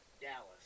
Dallas